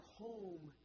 home